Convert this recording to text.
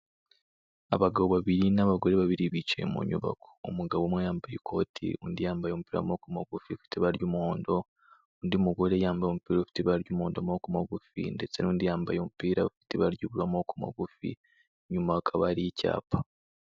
Abagabo babiri n'abagore babiri bicaye mu nyubako. Umugabo umwe yambaye ikoti, undi yambaye umupira w'amaboko mugufi, ufite ibara ry'umuhondo, undi mugore yambaye umupira ufite ibara ry'umuhondo n'amaboko magufi ndetse n'undi yambaye umupira ufite ibara ry'ubururu n'amaboko magufi, inyuma hakaba hari icyapa.